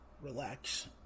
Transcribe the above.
relax